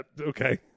Okay